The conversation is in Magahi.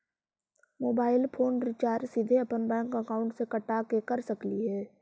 मोबाईल फोन रिचार्ज सीधे अपन बैंक अकाउंट से कटा के कर सकली ही?